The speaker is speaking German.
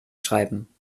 schreiben